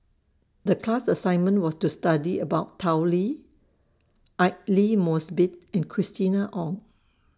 The class assignment was to study about Tao Li Aidli Mosbit and Christina Ong